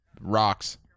rocks